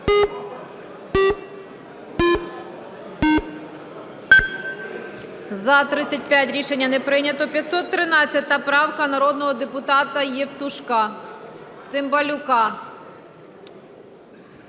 За-35 Рішення не прийнято. 513 правка народного депутата Євтушка. Цимбалюка.